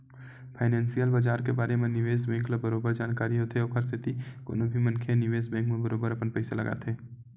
financial बजार के बारे म निवेस बेंक ल बरोबर जानकारी होथे ओखर सेती कोनो भी मनखे ह निवेस बेंक म बरोबर अपन पइसा लगाथे